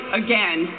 again